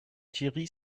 thierry